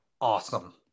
Awesome